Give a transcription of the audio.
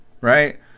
right